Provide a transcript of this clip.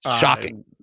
shocking